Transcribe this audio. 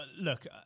look